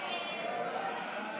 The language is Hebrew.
הצעת סיעות ישראל ביתנו וימינה להביע